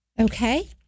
Okay